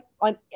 on